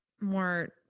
more